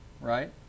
right